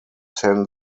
ten